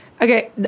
Okay